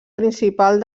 principal